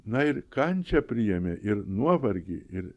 na ir kančią priėmė ir nuovargį ir